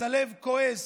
אז הלב כועס,